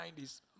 90s